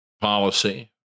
policy